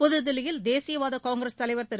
புதுதில்லியில் தேசியவாத காங்கிரஸ் தலைவர் திரு